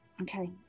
Okay